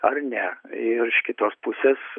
ar ne ir iš kitos pusės